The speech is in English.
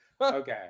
okay